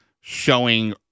showing